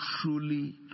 truly